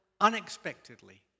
unexpectedly